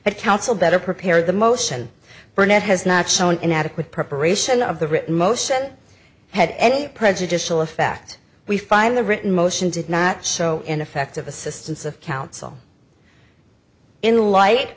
counsel better prepared the motion burnett has not shown in adequate preparation of the written motion had any prejudicial effect we find the written motion did not show ineffective assistance of counsel in light